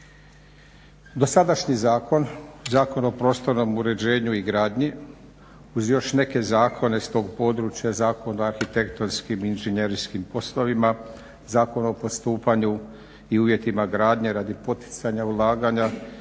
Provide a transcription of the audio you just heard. Dosadašnji zakon, Zakon o prostornom uređenju i gradnji uz još neke zakone s tog područja, Zakon o arhitektonskim i inženjerskim poslovima, Zakon o postupanju i uvjetima gradnje radi poticanja ulaganja